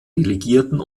delegierten